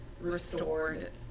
restored